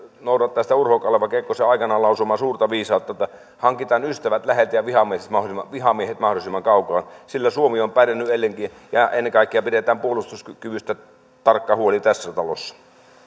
noudattaa sitä urho kaleva kekkosen aikanaan lausumaa suurta viisautta että hankitaan ystävät läheltä ja vihamiehet mahdollisimman kaukaa sillä suomi on pärjännyt ennenkin ja ennen kaikkea pidetään puolustuskyvystä tarkka huoli tässä talossa